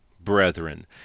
brethren—